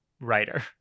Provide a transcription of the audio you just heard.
writer